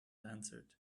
answered